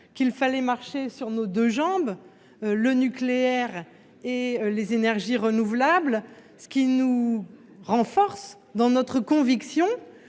qu'il fallait marcher sur nos deux jambes, le nucléaire et les énergies renouvelables. Cela nous renforce dans notre conviction